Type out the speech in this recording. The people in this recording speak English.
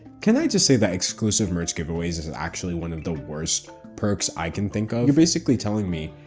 can i just say that exclusive merch giveaways is actually one of the worst perks i can think of? you're basically telling me,